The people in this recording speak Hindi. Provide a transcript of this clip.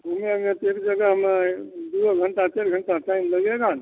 घूमेंगे तो एक जगह नहीं दो घंटा डेढ़ घंटा टाइम लगेगा